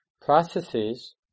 processes